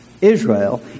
Israel